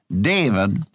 David